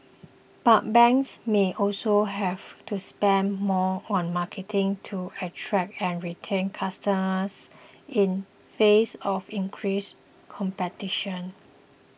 but banks may also have to spend more on marketing to attract and retain customers in face of increased competition